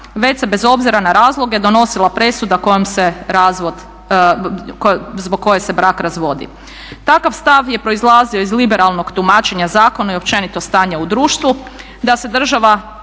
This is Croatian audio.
već se bez obzira na razloge donosila presuda zbog koje se brak razvodi. Takav stav je proizlazio iz liberalnog tumačenja zakona i općenito stanja u društvu, da se država